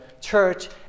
church